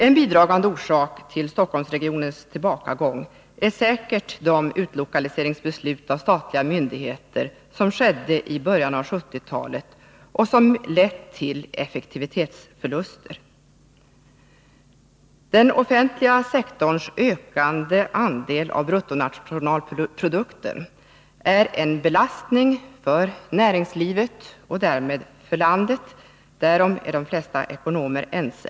En bidragande orsak till Stockholmsregionens tillbakagång är sannolikt de Om arbetsmarkbeslut om utlokalisering av statliga myndigheter som fattades i början och nadssituationen mitten av 1970-talet och som onekligen lett till effektivitetsförluster. i Stockholms Den offentliga sektorns stora och ökande andel av bruttonationalprodukten utgör en belastning för näringslivet och därmed för landet — därom är de flesta ekonomer ense.